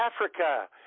africa